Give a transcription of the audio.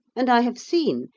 and i have seen,